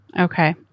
Okay